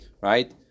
right